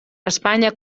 espanya